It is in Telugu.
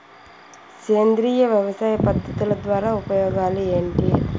సేంద్రియ వ్యవసాయ పద్ధతుల ద్వారా ఉపయోగాలు ఏంటి?